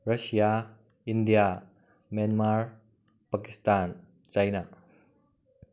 Russia India Myanmar Pakistan China